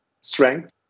strength